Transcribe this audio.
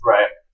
Right